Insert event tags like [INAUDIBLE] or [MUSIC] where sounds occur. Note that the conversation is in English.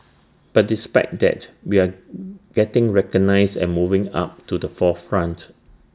but despite that we are [NOISE] getting recognised and moving up to the forefront